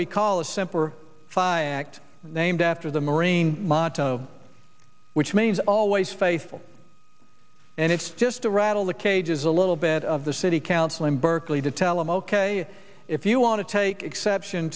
we call a simpler fi act named after the marine motto which means always faithful and it's just to rattle the cage is a little bit of the city council in berkeley to tell him ok if you want to take exception